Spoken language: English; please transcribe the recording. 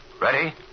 Ready